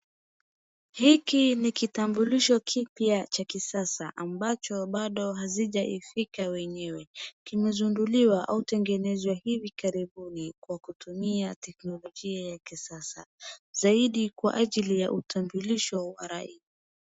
Hiki ni kitabulisho kipya cha kisasa ambacho bado hazijafikia wenyewe. Kimezinduriwa au kutengenezewa hivi karibuni kwa kutumia teknilojia ya kisasa. Zaidi kwa ajili ya utandurisho wa laia.